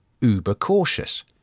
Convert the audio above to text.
uber-cautious